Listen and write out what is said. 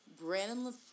Brandon